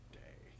day